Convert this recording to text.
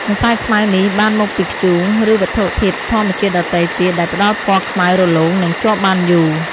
ម្សៅខ្មៅនេះបានមកពីធ្យូង ឬវត្ថុធាតុធម្មជាតិដទៃទៀតដែលផ្តល់ពណ៌ខ្មៅរលោង និងជាប់បានយូរ។